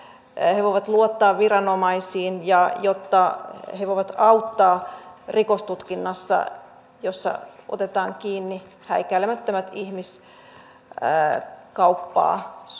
he voivat luottaa viranomaisiin ja että he voivat auttaa rikostutkinnassa jossa otetaan kiinni häikäilemättömät ihmiskauppaa